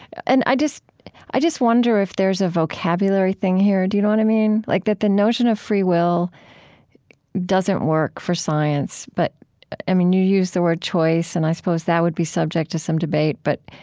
and i just i just wonder if there's a vocabulary thing here. do you know what i mean? like that the notion of free will doesn't work for science, but i mean, you used the word choice. and i suppose that would be subject to some debate, but